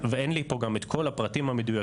ואין לי פה גם את כל הפרטים המדויקים,